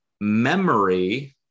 memory